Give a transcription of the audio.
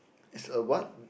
is a what